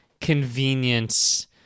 convenience